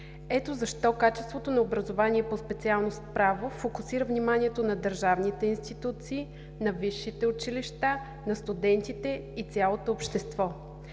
Ето защо качеството на образование по специалност „Право“ фокусира вниманието на държавните институции, на висшите училища, на студентите и цялото общество.